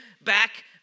back